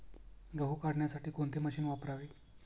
गहू काढण्यासाठी कोणते मशीन वापरावे?